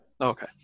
Okay